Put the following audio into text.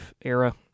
era